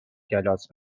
کلاس